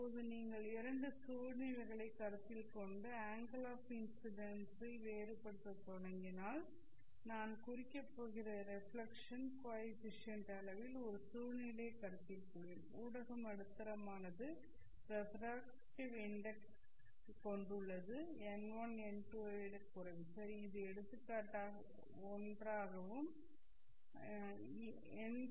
இப்போது நீங்கள் இரண்டு சூழ்நிலைகளைக் கருத்தில் கொண்டு அங்கெல் ஆஃ இன்ஸிடென்ஸ் ஐ வேறுபடுத்தத் தொடங்கினால் நான் குறிக்கப் போகிற ரெஃப்ளெக்க்ஷன் கோ எஃபிசியன்ட் அளவில் ஒரு சூழ்நிலையை கருத்தில் கொள்வேன் ஊடகம் நடுத்தரமானது ஒரு ரெஃப்ரக்ட்டிவ் இன்டெக்ஸ் ஐ கொண்டுள்ளது n1 n2 ஐ விடக் குறைவு சரி இது எடுத்துக்காட்டாக 1 ஆகவும் n2 1